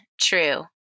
true